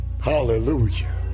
Hallelujah